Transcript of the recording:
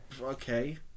Okay